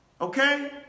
Okay